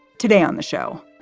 today on the show,